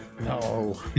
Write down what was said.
No